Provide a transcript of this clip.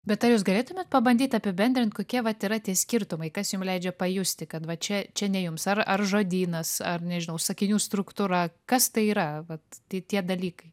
bet ar jūs galėtumėt pabandyt apibendrint kokie vat yra tie skirtumai kas jum leidžia pajusti kad va čia čia ne jums ar ar žodynas ar nežinau sakinių struktūra kas tai yra vat tai tie dalykai